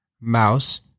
mouse